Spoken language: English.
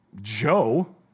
Joe